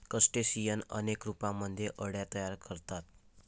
crustacean अनेक रूपांमध्ये अळ्या तयार करतात